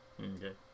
Okay